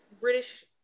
British